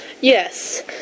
Yes